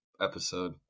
episode